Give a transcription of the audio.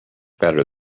better